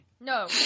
No